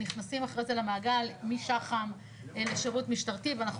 נכנסים אחרי זה למעגל משח"מ לשירות משטרתי ואנחנו